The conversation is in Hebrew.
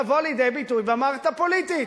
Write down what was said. לבוא לידי ביטוי במערכת הפוליטית.